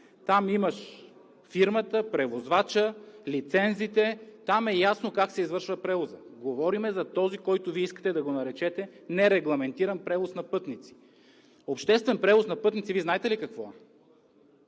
Там имаш фирмата, превозвачът, лицензите, там е ясно как се извършва превозът. Говорим за този, който Вие искате да го наречете нерегламентиран превоз на пътници. Обществен превоз на пътници Вие знаете ли какво е?